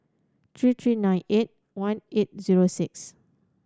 three three nine eight one eight zero six